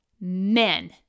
Men